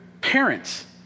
parents